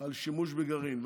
על שימוש בגרעין.